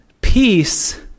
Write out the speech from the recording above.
Peace